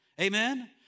Amen